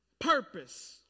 purpose